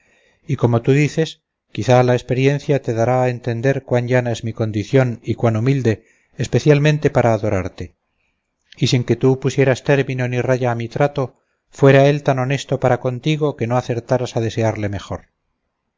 y como tú dices quizá la experiencia te dará a entender cuán llana es mi condición y cuán humilde especialmente para adorarte y sin que tú pusieras término ni raya a mi trato fuera él tan honesto para contigo que no acertaras a desearle mejor